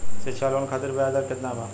शिक्षा लोन खातिर ब्याज दर केतना बा?